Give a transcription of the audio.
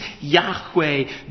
Yahweh